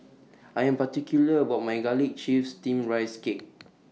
I Am particular about My Garlic Chives Steamed Rice Cake